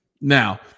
now